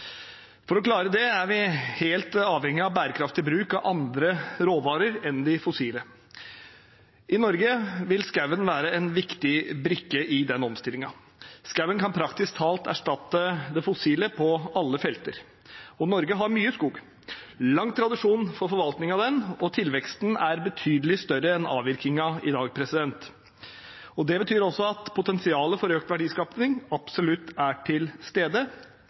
For å klare det er vi helt avhengig av bærekraftig bruk av andre råvarer enn de fossile. I Norge vil skogen være en viktig brikke i den omstillingen. Skogen kan praktisk talt erstatte det fossile på alle felter. Norge har mye skog, lang tradisjon for forvaltning av den, og tilveksten er betydelig større enn avvirkingen i dag. Det betyr også at potensialet for økt verdiskaping absolutt er til stede